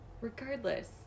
Regardless